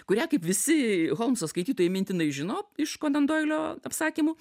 kurią kaip visi holmso skaitytojai mintinai žino iš konan doilio apsakymų